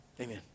amen